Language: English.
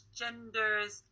genders